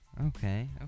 Okay